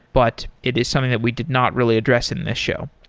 but it is something that we did not really addressed in this show.